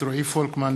רועי פולקמן,